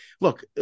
look